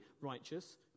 righteous